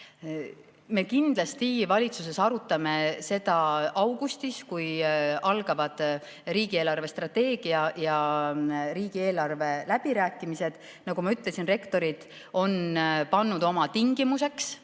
Me kindlasti valitsuses arutame seda augustis, kui algavad riigi eelarvestrateegia ja riigieelarve läbirääkimised. Nagu ma ütlesin, rektorid on pannud oma tingimuseks,